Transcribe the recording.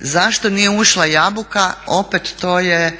zašto nije ušla jabuka, opet to je